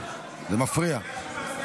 זה מפריע.